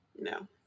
no